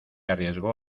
arriesgó